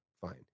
fine